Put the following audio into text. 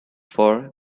for